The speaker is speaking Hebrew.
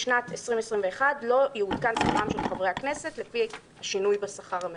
בשנת 2021 לא יעודכן שכרם של חברי הכנסת לפי השינוי בשכר הממוצע.",